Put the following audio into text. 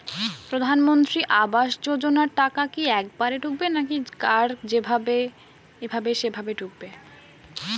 প্রধানমন্ত্রী আবাস যোজনার টাকা কি একবারে ঢুকবে নাকি কার যেভাবে এভাবে সেভাবে ঢুকবে?